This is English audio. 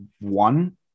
one